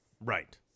right